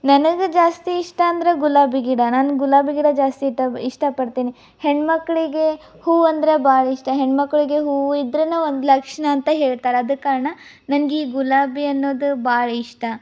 ನನಗೆ ಜಾಸ್ತಿ ಇಷ್ಟ ಅಂದ್ರೆ ಗುಲಾಬಿ ಗಿಡ ನಾನು ಗುಲಾಬಿ ಗಿಡ ಜಾಸ್ತಿ ಇಟ ಇಷ್ಟಪಡ್ತೀನಿ ಹೆಣ್ಣುಮಕ್ಳಿಗೆ ಹೂ ಅಂದ್ರೆ ಭಾಳ ಇಷ್ಟ ಹೆಣ್ಣುಮಕ್ಳಿಗೆ ಹೂ ಇದ್ರೇ ಒಂದು ಲಕ್ಷಣ ಅಂತ ಹೇಳ್ತಾರೆ ಆದ ಕಾರಣ ನನಗ್ ಈ ಗುಲಾಬಿ ಅನ್ನೋದು ಭಾಳ ಇಷ್ಟ